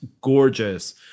gorgeous